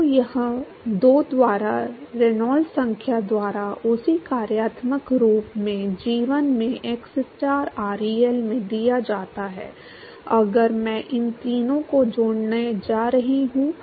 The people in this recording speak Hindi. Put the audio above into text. तो यह 2 द्वारा रेनॉल्ड्स संख्या द्वारा उसी कार्यात्मक रूप में g1 में xstar ReL में दिया जाता है अगर मैं इन तीनों को जोड़ने जा रहा हूं